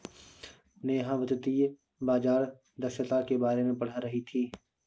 नेहा वित्तीय बाजार दक्षता के बारे में पढ़ रही थी